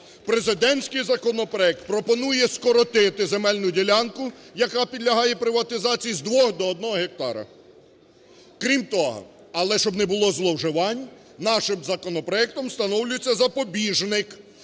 Президентський законопроект пропонує скоротити земельну ділянку, яка підлягає приватизації, з двох до одного гектара. Крім того, але, щоб не було зловживань, нашим законопроектом встановлюється запобіжник,